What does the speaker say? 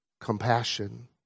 compassion